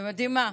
אתם יודעים מה?